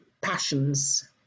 passions